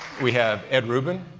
we have ed rubin,